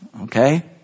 Okay